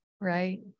Right